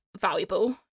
valuable